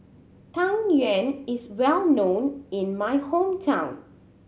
Tang Yuen is well known in my hometown